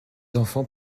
enfants